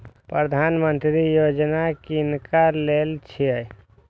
प्रधानमंत्री यौजना किनका लेल छिए?